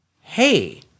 hey